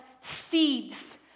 seeds